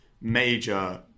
major